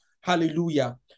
Hallelujah